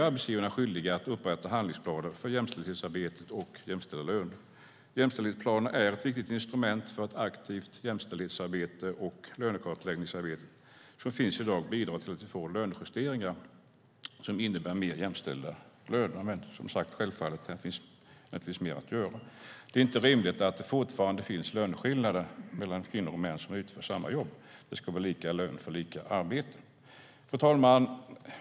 Arbetsgivarna är skyldiga att upprätta handlingsplaner för jämställdhetsarbetet och jämställda löner. Jämställdhetsplaner är ett viktigt instrument för ett aktivt jämställdhetsarbete, och lönekartläggningsarbetet som finns i dag bidrar till att vi får lönejusteringar som innebär mer jämställda löner. Men som sagt finns det mer att göra. Det är inte rimligt att det fortfarande finns löneskillnader mellan kvinnor och män som utför samma jobb. Det ska vara lika lön för lika arbete. Fru talman!